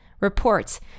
reports